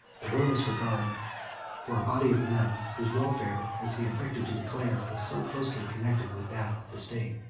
the warmest regard for a body of men, whose welfare, as he affected to declare, was so closely connected with that of the state.